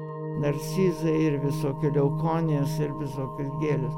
narcizai ir visokių leukonijos ir visokios gėlės